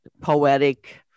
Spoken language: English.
poetic